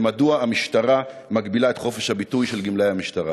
ומדוע המשטרה מגבילה את חופש הביטוי של גמלאי המשטרה?